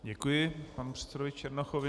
Děkuji panu předsedovi Černochovi.